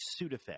Sudafed